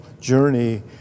journey